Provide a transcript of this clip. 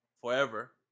forever